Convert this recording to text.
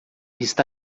está